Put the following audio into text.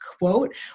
quote